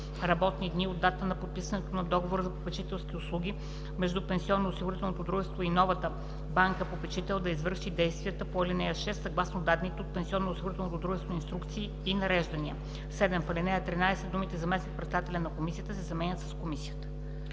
работни дни от датата на подписването на договора за попечителски услуги между пенсионноосигурителното дружество и новата банка-попечител да извърши действията по ал. 6 съгласно дадените от пенсионноосигурителното дружество инструкции и нареждания.“ 7. В ал. 13 думите „заместник-председателят на комисията“ се заменят с „комисията“.“